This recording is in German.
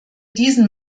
diesen